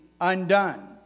undone